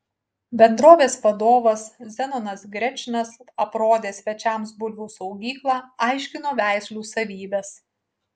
bendrovės vadovas zenonas grečnas aprodė svečiams bulvių saugyklą aiškino veislių savybes